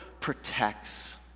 protects